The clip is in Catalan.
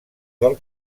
del